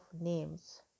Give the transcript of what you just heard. names